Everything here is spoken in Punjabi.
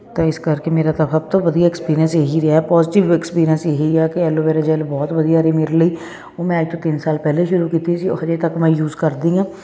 ਤਾਂ ਇਸ ਕਰਕੇ ਮੇਰਾ ਤਾਂ ਸਭ ਤੋਂ ਵਧੀਆ ਐਕਸਪੀਰੀਅਸ ਇਹੀ ਰਿਹਾ ਪੋਜੀਟਿਵ ਐਕਸਪੀਰੀਅਂਸ ਇਹੀ ਆ ਕਿ ਐਲੋਵੇਰਾ ਜੈਲ ਬਹੁਤ ਵਧੀਆ ਰਹੀ ਮੇਰੇ ਲਈ ਉਹ ਮੈਂ ਅੱਜ ਤੋਂ ਤਿੰਨ ਸਾਲ ਪਹਿਲਾਂ ਸ਼ੁਰੂ ਕੀਤੀ ਸੀ ਉਹ ਅਜੇ ਤੱਕ ਮੈਂ ਯੂਜ਼ ਕਰਦੀ ਆਂ